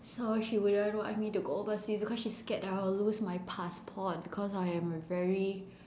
so she wouldn't want me to go overseas because she's scared that I would lose my passport because I'm a very